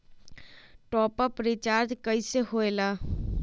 Top up recharge कइसे होएला?